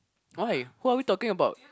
why who are we talking about